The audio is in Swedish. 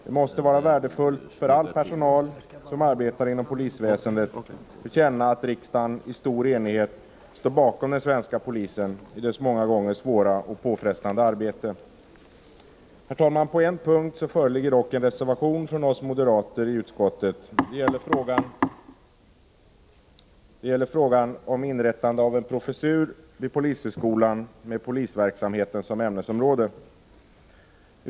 Det måste vara värdefullt för all personal som arbetar inom polisväsendet att känna att riksdagen i stor enighet står bakom den svenska polisen i dess många gånger svåra och påfrestande arbete. Herr talman! På en punkt föreligger dock en reservation från oss moderater i utskottet. Det gäller frågan om inrättande av en professur vid polishögskolan, med polisverksamheten som ämnesområde.